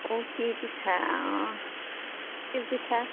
অঁ কি পিঠা অঁ তিল পিঠা